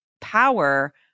power